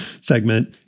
segment